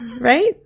right